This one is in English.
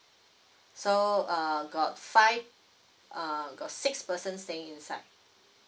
so uh got five uh got six person staying inside